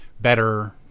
better